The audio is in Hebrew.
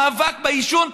המאבק בעישון,